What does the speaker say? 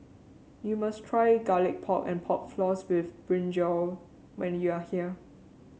you must try Garlic Pork and Pork Floss with brinjal when you are here